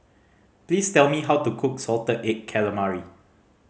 please tell me how to cook salted egg calamari